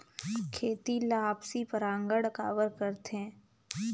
खेती ला आपसी परागण काबर करथे?